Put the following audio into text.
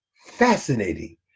Fascinating